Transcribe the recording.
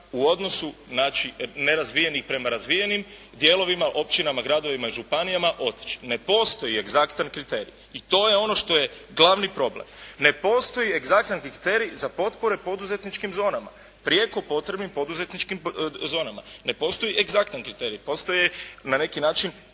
u odnosu znači nerazvijeni prema razvijenim dijelovima, općinama, gradovima, županijama otići. Ne postoji egzaktan kriterij i to je ono što je glavni problem. Ne postoji egzaktan kriterij za potpore poduzetničkim zonama prijeko potrebnim poduzetničkim zonama. Ne postoji egzaktan kriterij. Postoji na neki način